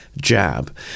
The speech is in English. jab